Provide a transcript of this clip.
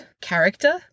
character